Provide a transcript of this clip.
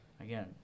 Again